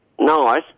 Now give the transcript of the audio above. nice